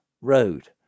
road